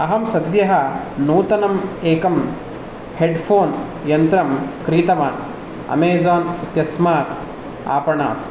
अहं सद्यः नूतनम् एकं हेड् फोन् यन्त्रं क्रीतवान् अमेज़ान् इत्यस्मात् आपणात्